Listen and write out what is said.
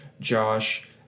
Josh